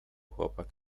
chłopak